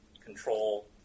control